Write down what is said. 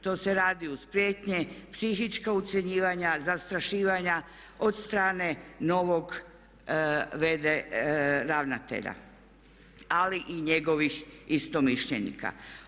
To se radi uz prijetnje, psihička ucjenjivanja, zastrašivanja od strane novog v.d. ravnatelja, ali i njegovih istomišljenika.